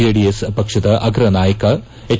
JDS ಪಕ್ಷದ ಅಗ್ರ ನಾಯಕ ಎಚ್